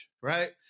Right